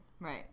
right